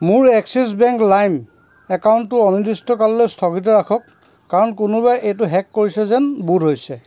মোৰ Axis bank লাইম একাউণ্টটো অনিৰ্দিষ্টকাললৈ স্থগিত ৰাখক কাৰণ কোনোবাই এইটো হেক কৰিছে যেন বোধ হৈছে